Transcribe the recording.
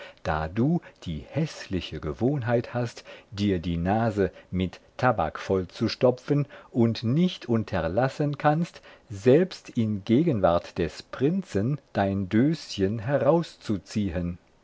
da du die häßliche gewohnheit hast dir die nase mit tabak vollzustopfen und nicht unterlassen kannst selbst in gegenwart des prinzen dein döschen herauszuziehen